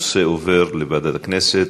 הנושא עובר לוועדת הכנסת.